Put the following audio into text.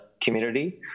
community